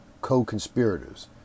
co-conspirators